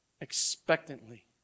expectantly